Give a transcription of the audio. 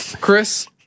Chris